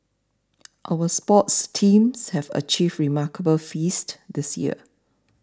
our sports teams have achieved remarkable feats this year